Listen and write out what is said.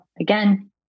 again